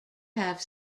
half